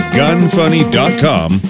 gunfunny.com